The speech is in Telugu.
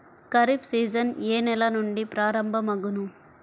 ఖరీఫ్ సీజన్ ఏ నెల నుండి ప్రారంభం అగును?